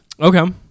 Okay